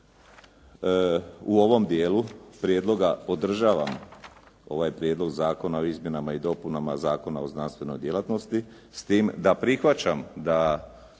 u ovom dijelu prijedloga podržavam ovaj Prijedlog zakona o izmjenama i dopunama Zakona o znanstvenoj djelatnosti, s tim da prihvaćam da